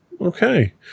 Okay